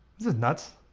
this nuts?